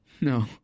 No